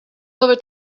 over